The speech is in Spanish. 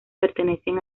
pertenecen